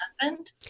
husband